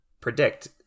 predict